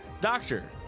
Doctor